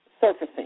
surfacing